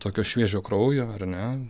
tokio šviežio kraujo ar ne